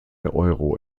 euro